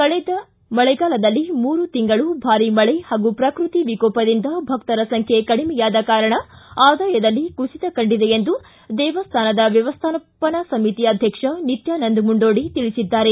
ಕಳೆದ ಮಳೆಗಾಲದಲ್ಲಿ ಮೂರು ತಿಂಗಳು ಭಾರೀ ಮಳೆ ಹಾಗೂ ಪ್ರಕೃತಿ ವಿಕೋಪದಿಂದ ಭಕ್ತರ ಸಂಖ್ಯೆ ಕಡಿಮೆಯಾದ ಕಾರಣ ಆದಾಯದಲ್ಲಿ ಕುಸಿತ ಕಂಡಿದೆ ಎಂದು ದೇಮ್ಥಾನದ ವ್ಯಮ್ಥಾಪನಾ ಸಮಿತಿ ಅಧ್ಯಕ್ಷ ನಿತ್ಯಾನಂದ ಮುಂಡೋಡಿ ತಿಳಿಸಿದ್ದಾರೆ